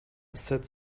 sept